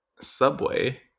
Subway